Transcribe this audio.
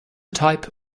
type